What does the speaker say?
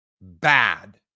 bad